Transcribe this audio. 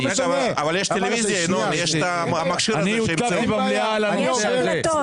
דיברתי במליאה על הנושא הזה.